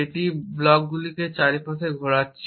যেটি ব্লকগুলিকে চারপাশে ঘোরাচ্ছে